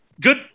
good